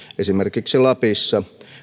lapissa